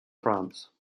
france